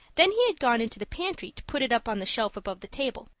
then he had gone into the pantry to put it up on the shelf above the table,